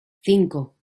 cinco